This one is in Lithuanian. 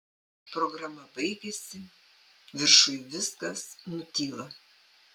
programa baigiasi viršuj viskas nutyla